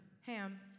Ham